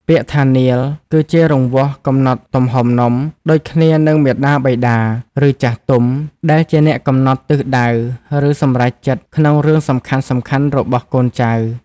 ពាក្យថានាឡិ គឺជារង្វាស់កំណត់ទំហំនំ ដូចគ្នានឹងមាតាបិតា ឬចាស់ទុំ ដែលជាអ្នកកំណត់ទិសដៅ ឬសម្រេចចិត្តក្នុងរឿងសំខាន់ៗរបស់កូនចៅ។